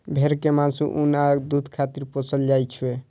भेड़ कें मासु, ऊन आ दूध खातिर पोसल जाइ छै